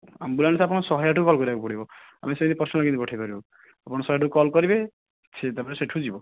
ambulance ଆପଣ ଶହେଆଠକୁ call କରିବାକୁ ପଡ଼ିବ ଆମେ ତାକୁ ପର୍ଶନାଲ କେମିତି ପଠାଇପାରିବୁ ଆପଣ ଶହେଆଠକୁ କଲ କରିବେ ସେ ତାପରେ ସେଇଠୁ ଯିବ